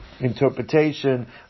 interpretation